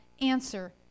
answer